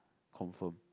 confirm